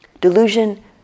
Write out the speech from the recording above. Delusion